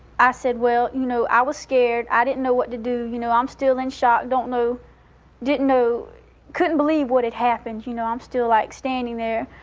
i said, well you know, i was scared. i didn't know what to do. you know, i'm still in shock, don't know didn't know couldn't believe what had happened. you know, i'm still like standing there.